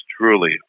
truly